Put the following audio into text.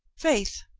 faith,